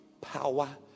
power